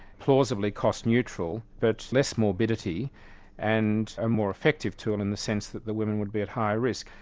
plausibly cost neutral, but less morbidity and a more effective tool in the sense that the women would be at higher risk.